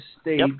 State